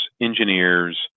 engineers